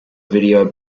video